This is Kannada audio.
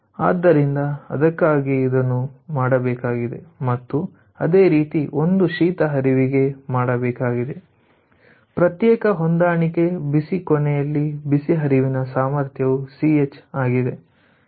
ಆದ್ದರಿಂದ ಅದಕ್ಕಾಗಿಯೇ ಇದನ್ನು ಮಾಡಬೇಕಾಗಿದೆ ಮತ್ತು ಅದೇ ರೀತಿ ಇದು ಶೀತ ಹರಿವಿಗೆ ಮಾಡಬೇಕಾಗಿದೆ ಪ್ರತ್ಯೇಕ ಹೊಂದಾಣಿಕೆ ಬಿಸಿ ಕೊನೆಯಲ್ಲಿ ಬಿಸಿ ಹರಿವಿನ ಸಾಮರ್ಥ್ಯವು ಸಿಎಚ್ ಆಗಿದೆ